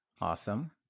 Awesome